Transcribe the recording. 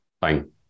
Fine